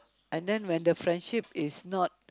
and then when the friendship is not